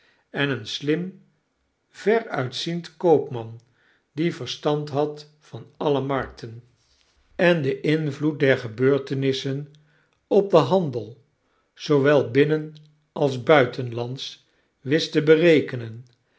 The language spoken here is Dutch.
en een slim veruitziend koopman die verstand had van alle markten en den invloed der gebeurtenissen op denhandel zoowel binnen als buitenslands wist te berekenen